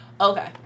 Okay